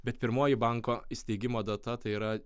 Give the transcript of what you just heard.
bet pirmoji banko įsteigimo data tai yra